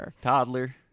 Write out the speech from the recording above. Toddler